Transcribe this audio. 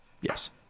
Yes